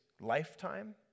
lifetime